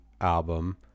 album